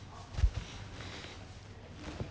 um